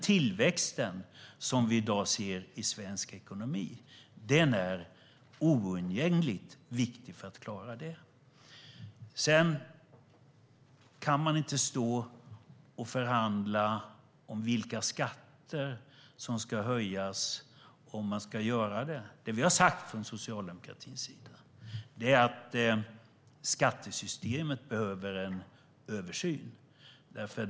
Tillväxten som vi i dag ser i svensk ekonomi är oundgängligt viktig. Man kan inte förhandla om vilka skatter som ska höjas. Vad vi har sagt från socialdemokratins sida är att skattesystemet behöver en översyn.